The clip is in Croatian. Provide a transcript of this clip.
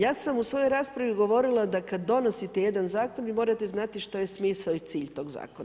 Ja sam u svojoj raspravi govorila da kad donosite jedan zakon, vi morate znati što je smisao i cilj tog zakona.